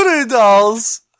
Dolls